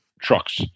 trucks